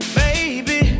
baby